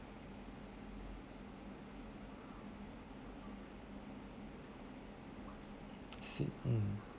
city view